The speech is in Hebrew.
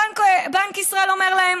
בנק ישראל אומר להם: